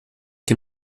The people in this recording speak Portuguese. que